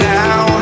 now